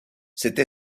cette